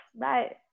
Bye